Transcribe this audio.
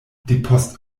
depost